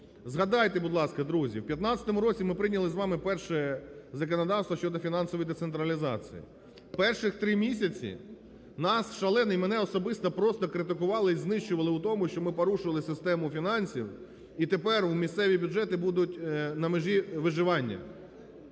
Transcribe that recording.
Згадайте, будь ласка, друзі, в 2015 році ми прийняли з вами вперше законодавство щодо фінансової децентралізації. Перших три місяці нас шалено і мене особисто просто критикували і знищували в тому, що ми порушили систему фінансів, і тепер місцеві бюджети будуть на межі виживання.